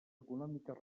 econòmiques